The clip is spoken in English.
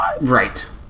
Right